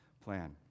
plan